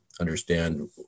understand